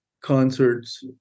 concerts